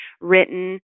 written